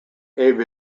abe